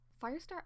Firestar